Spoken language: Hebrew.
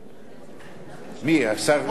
מי, השר נאמן?